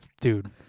dude